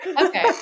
Okay